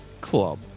club